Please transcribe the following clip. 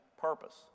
purpose